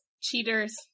Cheaters